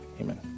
amen